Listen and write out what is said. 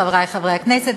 חברי חברי הכנסת,